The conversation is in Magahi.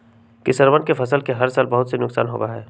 किसनवन के फसल के हर साल बहुत सा नुकसान होबा हई